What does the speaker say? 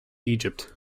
egypt